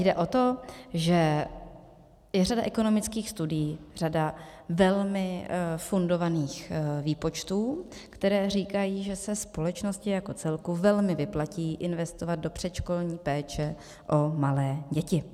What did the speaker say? Jde o to, že je řada ekonomických studií, řada velmi fundovaných výpočtů, které říkají, že se společnosti jako celku velmi vyplatí investovat do předškolní péče o malé děti.